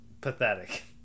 pathetic